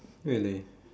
really